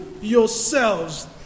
yourselves